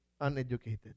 Uneducated